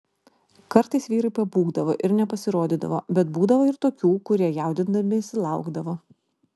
kartais vyrai pabūgdavo ir nepasirodydavo bet būdavo ir tokių kurie jaudindamiesi laukdavo